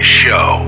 show